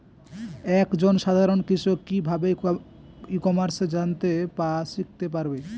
এক জন সাধারন কৃষক কি ভাবে ই কমার্সে জানতে বা শিক্ষতে পারে?